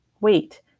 wait